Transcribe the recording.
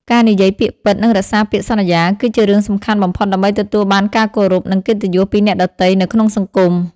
ការនិយាយពាក្យពិត និងរក្សាពាក្យសន្យា គឺជារឿងសំខាន់បំផុតដើម្បីទទួលបានការគោរព និងកិត្តិយសពីអ្នកដទៃនៅក្នុងសង្គម។